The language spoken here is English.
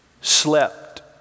slept